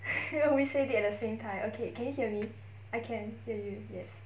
we said it at the same time okay can you hear me I can hear you yes